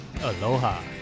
Aloha